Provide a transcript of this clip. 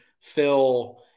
Phil